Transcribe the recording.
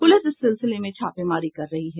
police इस सिलसिले में छापेमारी कर रही है